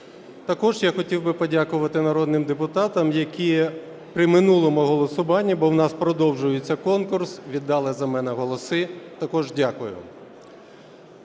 Також я хотів би подякувати народним депутата, які при минулому голосуванні, бо у нас продовжується конкурс, віддали за мене голоси, також дякую.